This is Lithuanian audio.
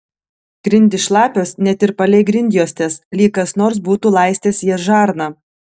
grindys šlapios net ir palei grindjuostes lyg kas nors būtų laistęs jas žarna